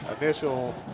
Initial